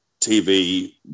TV